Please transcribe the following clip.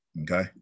Okay